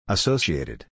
Associated